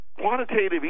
Quantitative